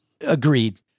Agreed